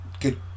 good